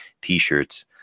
T-shirts